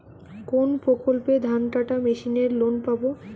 কোন প্রকল্পে ধানকাটা মেশিনের লোন পাব?